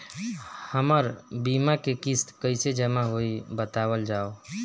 हमर बीमा के किस्त कइसे जमा होई बतावल जाओ?